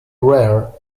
rare